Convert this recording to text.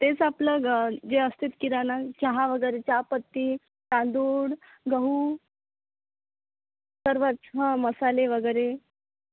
तेच आपलं जे असतेत किराणा चहा वगैरे चहापत्ती तांदुळ गहू सर्वच